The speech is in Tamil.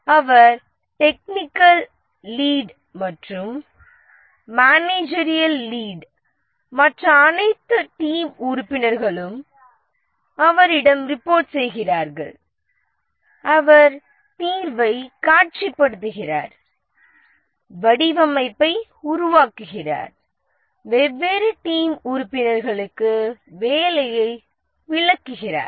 அவர் டெக்கினிக்கல் லீட் மற்றும் மேனேஜரியல் லீட் மற்ற அனைத்து டீம் உறுப்பினர்களும் அவரிடம் ரிபோர்ட் செய்கிறார்கள் அவர் தீர்வைக் காட்சிப்படுத்துகிறார் வடிவமைப்பை உருவாக்குகிறார் வெவ்வேறு டீம் உறுப்பினர்களுக்கு வேலையை விளக்குகிறார்